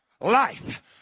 life